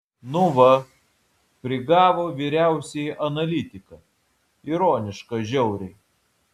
nu va prigavo vyriausiąjį analitiką ironiška žiauriai